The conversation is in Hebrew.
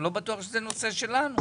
כי אני לא בטוח שזה נושא שלנו.